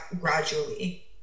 gradually